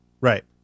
Right